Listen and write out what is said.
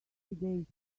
days